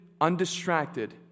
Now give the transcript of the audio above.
undistracted